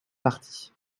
parti